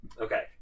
Okay